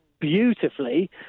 beautifully